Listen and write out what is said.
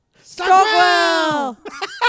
Stockwell